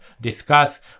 discuss